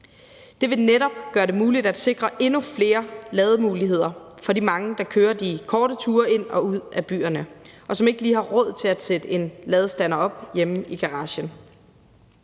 Det vil netop gøre det muligt at sikre endnu flere lademuligheder for de mange, der kører de korte ture ind og ud af byerne, og som ikke lige har råd til at sætte en ladestander op hjemme i garagen.